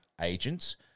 agents